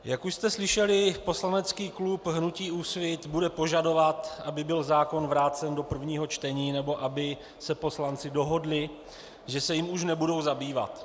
Jak už jste slyšeli, poslanecký klub hnutí Úsvit bude požadovat, aby byl zákon vrácen do prvního čtení nebo aby se poslanci dohodli, že se jím už nebudou zabývat.